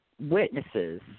witnesses